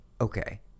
Okay